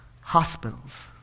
hospitals